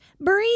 breathe